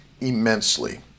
immensely